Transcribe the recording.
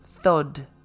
THUD